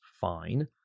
fine